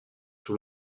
tout